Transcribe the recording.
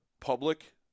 public